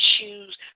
choose